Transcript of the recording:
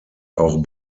auch